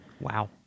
Wow